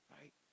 Right